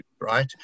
right